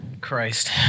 Christ